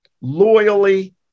loyally